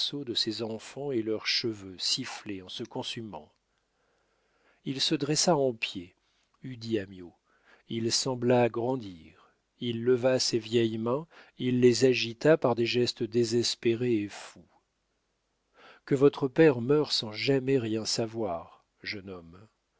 de ses enfants et leurs cheveux siffler en se consumant il se dressa en pied eût dit amyot il sembla grandir il leva ses vieilles mains il les agita par des gestes désespérés et fous que votre père meure sans jamais rien savoir jeune homme